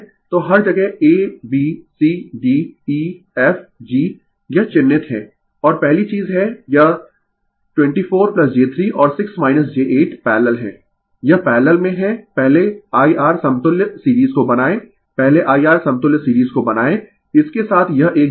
तो हर जगह a b c d e f g यह चिह्नित है और पहली चीज है यह 2 4 j 3 और 6 j 8 पैरलल है यह पैरलल में है पहले IR समतुल्य सीरीज को बनाएं पहले IR समतुल्य सीरीज को बनाएं इस के साथ यह एक जोड़ें